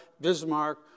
Bismarck